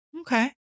okay